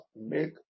make